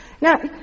Now